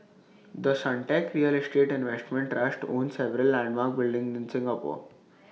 the Suntec real estate investment trust owns several landmark buildings in Singapore